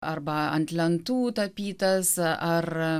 arba ant lentų tapytas ar